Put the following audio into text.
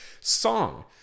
song